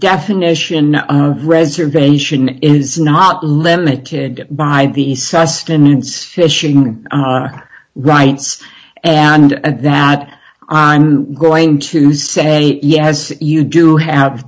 definition of reservation is not limited by the sustenance fishing rights and at that time going to say yes you do have